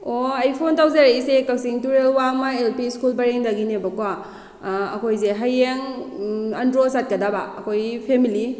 ꯑꯣꯑꯣ ꯑꯩ ꯐꯣꯟ ꯇꯧꯖꯔꯛꯂꯤꯁꯦ ꯀꯛꯆꯤꯡ ꯇꯨꯔꯦꯜ ꯋꯥꯡꯃ ꯑꯦꯜ ꯄꯤ ꯁ꯭ꯀꯨꯜ ꯄꯔꯦꯡꯗꯒꯤꯅꯦꯕꯀꯣ ꯑꯩꯈꯣꯏꯁꯦ ꯍꯌꯦꯡ ꯑꯟꯗ꯭ꯔꯣ ꯆꯠꯀꯗꯕ ꯑꯩꯈꯣꯏꯒꯤ ꯐꯦꯃꯤꯂꯤ